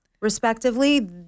respectively